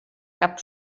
cap